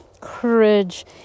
courage